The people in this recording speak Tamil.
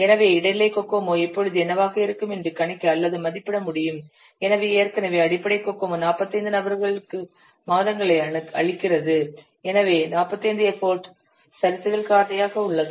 எனவே இடைநிலை கோகோமோ இப்பொழுது என்னவாக இருக்கும் என்று கணிக்க அல்லது மதிப்பிட முடியும் எனவே ஏற்கனவே அடிப்படை கோகோமோ 45 நபர்களுக்கு மாதங்களை அளிக்கிறது எனவே 45 எஃபர்ட் சரிசெய்தல் காரணியாக உள்ளது